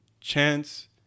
chance